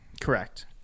correct